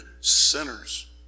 sinners